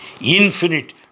infinite